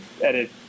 edit